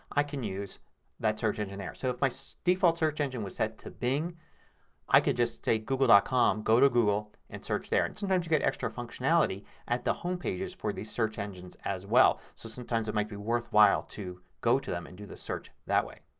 i can use that search engine there. so if my so default search engine was set to bing i could just say goggle ah com, go to goggle and search there. and sometimes you get extra functionality at the home pages for the search engines as well. so sometimes it may like be worthwhile to go to them and do the search that way.